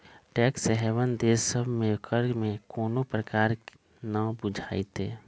tax haven देश सभ में कर में कोनो प्रकारे न बुझाइत